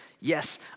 Yes